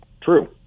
True